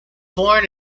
born